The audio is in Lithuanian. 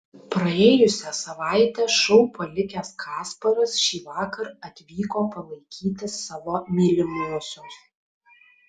praėjusią savaitę šou palikęs kasparas šįvakar atvyko palaikyti savo mylimosios